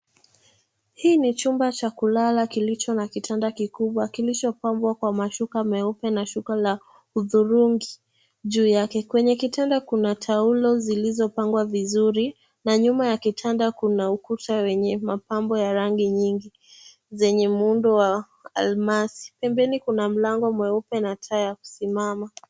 Hii ni chumba cha kulala kilicho na kitanda kikubwa kilichopambwa kwa mashuka meupe na shuka la hudhurungi juu yake. Kwenye kitanda kuna taulo zilizopangwa vizuri na nyuma ya kitanda kuna ukuta wenye mapambo ya rangi nyingi zenye muundo wa almasi. Pembeni kuna mlango mweupe na taa ya kusimama.